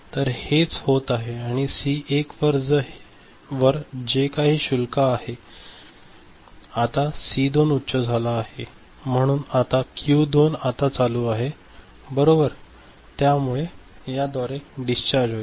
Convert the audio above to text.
तर हेच होत आहे आणि सी 1 वर जे काही शुल्क आहे आता सी 2 उच्च झाला आहे म्हणून आता क्यू 2 आता चालू आहे बरोबर त्यामुळे याद्वारे डिस्चार्ज होईल